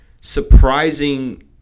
surprising